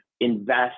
invest